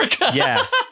Yes